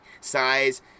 Size